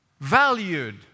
valued